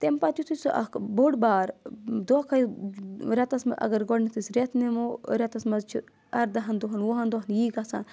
تَمہِ پَتہٕ یُتھُے سُہ اَکھ بوٚڑ بار دۄہ کھۄتہٕ رؠتَس منٛز اگر گۄڈنؠتھ أسۍ رؠتھ نِمو رؠتَس منٛز چھِ اَردَہَن دۄہَن وُہَن دۄہَن یی گژھان